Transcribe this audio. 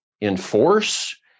enforce